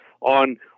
on